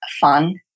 fun